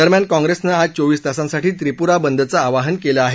दरम्यान काँग्रेसनं आज चोवीस तासांसाठी त्रिप्रा बंदचं आवाहन केलं आहे